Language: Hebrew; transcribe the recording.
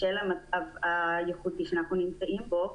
בשל המצב הייחודי שאנחנו נמצאים בו.